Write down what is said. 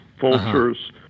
vultures